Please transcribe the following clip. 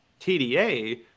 TDA